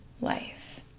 life